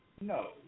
no